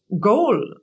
goal